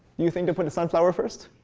you think to put a sunflower first?